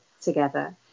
together